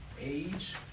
age